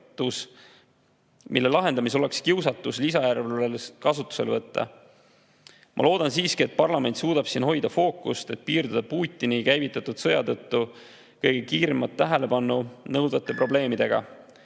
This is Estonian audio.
mille lahendamisel oleks kiusatus lisajärelevalve kasutusele võtta. Ma loodan siiski, et parlament suudab hoida fookust, et piirduda Putini käivitatud sõja tõttu kõige kiiremat tähelepanu nõudvate probleemidega.